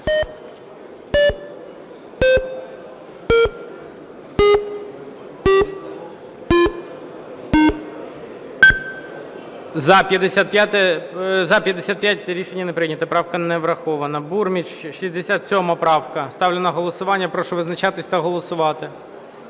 За-55 Рішення не прийнято. Правка не врахована. Бурміч, 67 правка. Ставлю на голосування. Прошу визначатись та голосувати.